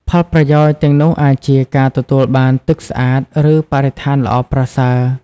ផលប្រយោជន៍ទាំងនោះអាចជា ការទទួលបានទឹកស្អាត ឬបរិស្ថានល្អប្រសើរ។